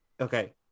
okay